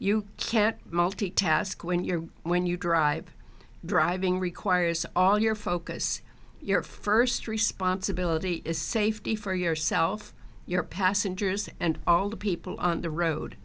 you can't multitask when you're when you drive driving requires all your focus your first responsibility is safety for yourself your passengers and all the people on the road